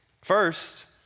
First